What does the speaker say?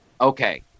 Okay